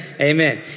Amen